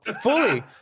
fully